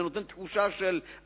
זה נותן תחושת עשייה,